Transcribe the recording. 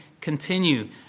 continue